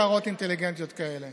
אינטליגנטיות כאלה